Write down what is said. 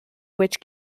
which